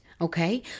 Okay